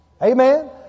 Amen